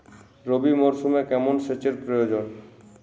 রবি মরশুমে কেমন সেচের প্রয়োজন?